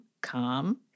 calm